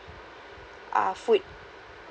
uh food